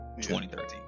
2013